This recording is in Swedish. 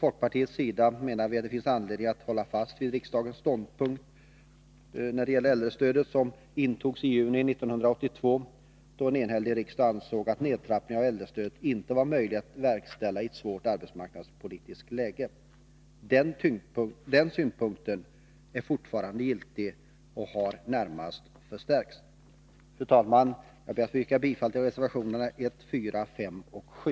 Folkpartiet menar att det finns anledning att hålla fast vid den ståndpunkt när det gäller äldrestödet som intogs i juni 1982, då en enhällig riksdag ansåg att nedtrappningen av äldrestödet inte var möjlig att verkställa i ett svårt arbetsmarknadspolitiskt läge. Den synpunkten är fortfarande giltig och har närmast förstärkts. Fru talman! Jag ber att få yrka bifall till reservationerna 1, 4, 5 och 7.